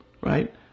Right